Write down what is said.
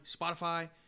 Spotify